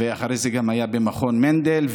ואחרי זה גם היה במכון מנדל,